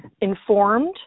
informed